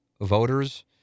voters